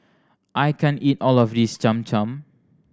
I can't eat all of this Cham Cham